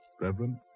reverend